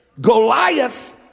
Goliath